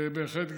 ובהחלט,